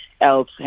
else